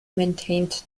maintained